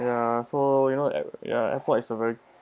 ya so you know ya airport is a very